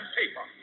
paper